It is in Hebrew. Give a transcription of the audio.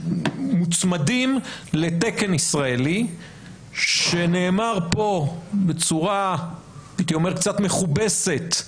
אנחנו מוצמדים לתקן ישראלי שנאמר פה בצורה קצת מכובסת,